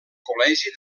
col·legi